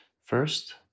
first